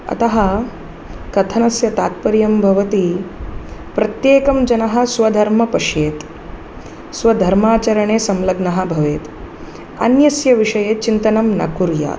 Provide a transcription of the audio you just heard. अतः कथनस्य तात्पर्यं भवति प्रत्येकं जनः स्वधर्म पश्येत् स्वधर्माचरणे संलग्नः भवेत् अन्यस्य विषये चिन्तनं न कुर्यात्